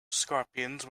scorpions